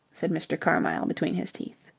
said mr. carmyle between his teeth.